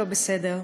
לא בסדר.